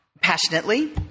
passionately